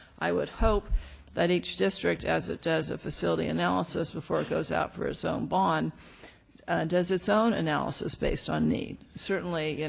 i would hope that each district as it does a facility analysis before it goes out for its own bond does its own analysis based on need, certainly, and